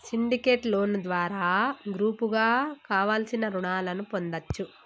syndicate loan ద్వారా గ్రూపుగా కావలసిన రుణాలను పొందచ్చు